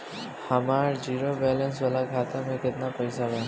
हमार zero balance वाला खाता में केतना पईसा बा?